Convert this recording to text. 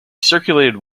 circulated